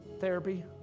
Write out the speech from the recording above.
therapy